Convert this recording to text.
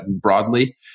broadly